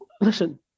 listen